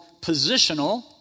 positional